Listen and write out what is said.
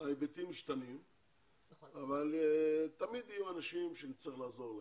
ההיבטים משתנים אבל תמיד יהיו אנשים שנצטרך לעזור להם,